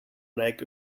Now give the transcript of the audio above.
like